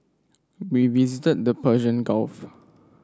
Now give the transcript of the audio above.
we visited the Persian Gulf